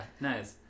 nice